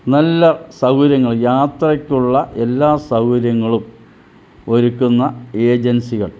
നല്ല സൗകര്യങ്ങൾ യാത്രയ്ക്കുള്ള എല്ലാ സൗകര്യങ്ങളും ഒരുക്കുന്ന ഏജൻസികൾ